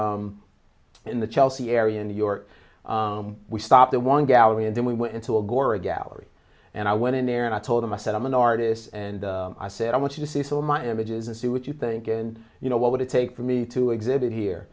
to in the chelsea area in new york we stopped the one gallery and then we went into a gora gallery and i went in there and i told him i said i'm an artist and i said i want you to see some of my images and see what you think and you know what would it take for me to exhibit here